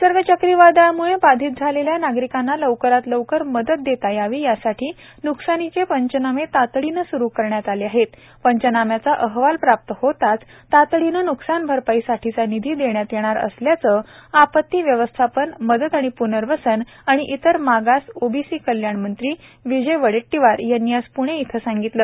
निसर्ग चक्रीवादळामुळे बाधित झालेल्या नागरिकांना लवकरात लवकर मदत देता यावी यासाठी न्कसानीचे पंचनामे तातडीने स्रू करण्यात आले आहेत पंचनाम्याचा अहवाल प्राप्त होताच तातडीने न्कसानभरपाईसाठीचा निधी देण्यात येणार असल्याचे आपत्ती व्यवस्थापन मदत आणि प्नर्वसन तथा इतर मागास ओबीसी कल्याण मंत्री विजय वडेट्टीवार यांनी आज प्णे ईथ सांगितले